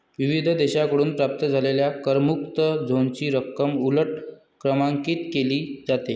विविध देशांकडून प्राप्त झालेल्या करमुक्त झोनची रक्कम उलट क्रमांकित केली जाते